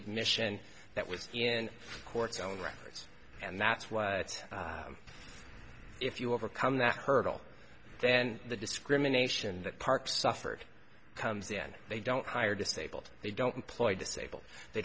admission that was in court's own records and that's what if you overcome that hurdle then the discrimination that parks suffered comes in they don't hire disabled they don't employ disabled they